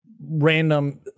Random